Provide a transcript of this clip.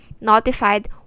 notified